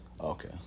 Okay